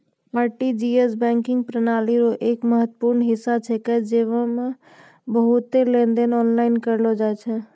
RTGS banking प्रणाली रो एक महत्वपूर्ण हिस्सा छेकै जेकरा मे बहुते लेनदेन आनलाइन करलो जाय छै